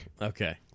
Okay